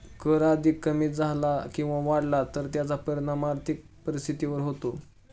कर अधिक कमी झाला किंवा वाढला तर त्याचा परिणाम आर्थिक परिस्थितीवर होतो